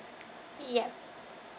yup